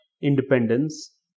independence